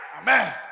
Amen